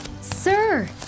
Sir